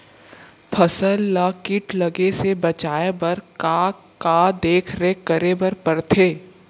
फसल ला किट लगे से बचाए बर, का का देखरेख करे बर परथे?